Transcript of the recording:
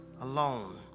alone